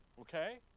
Okay